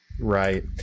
Right